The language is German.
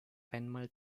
einmal